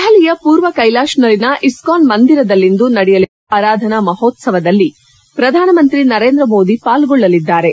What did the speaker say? ದೆಹಲಿಯ ಪೂರ್ವ ಕ್ಕೆಲಾಶ್ನಲ್ಲಿನ ಇಸ್ತಾನ್ ಮಂದಿರದಲ್ಲಿಂದು ನಡೆಯಲಿರುವ ಗೀತ ಆರಾಧನಾ ಮಹೋತ್ತವದಲ್ಲಿ ಪ್ರಧಾನಮಂತ್ರಿ ನರೇಂದ್ರ ಮೋದಿ ಪಾಲ್ಗೊಳ್ಳಲಿದ್ದಾರೆ